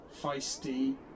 feisty